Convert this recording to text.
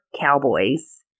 cowboys